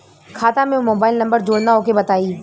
खाता में mobile number जोड़ना ओके बताई?